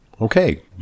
okay